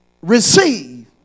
receive